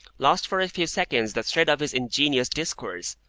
lost for a few seconds the thread of his ingenious discourse,